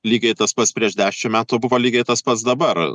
lygiai tas pats prieš dešim metų buvo lygiai tas pats dabar